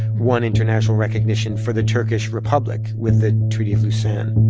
won international recognition for the turkish republic with the treaty of lausanne